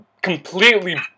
completely